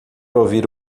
ouvir